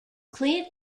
clint